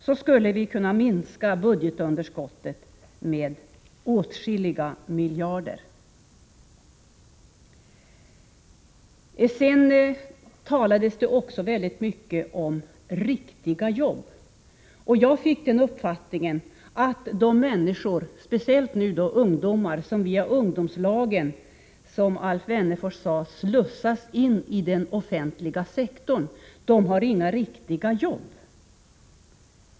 Då skulle budgetunderskottet ha varit åtskilliga miljarder mindre. Det talades också om ”riktiga jobb”. Jag fick den uppfattningen att Alf Wennerfors menar att speciellt de ungdomar som via ungdomslagen slussas ini den offentliga sektorn, som han sade, inte har riktiga jobb.